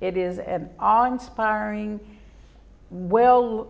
it is an all inspiring will